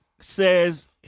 says